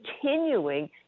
continuing